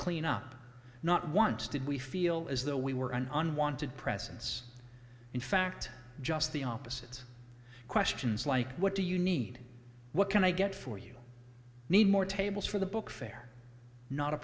clean up not once did we feel as though we were an unwanted presence in fact just the opposite questions like what do you need what can i get for you need more tables for the book fair not a